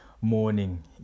morning